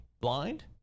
blind